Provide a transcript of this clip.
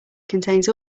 contains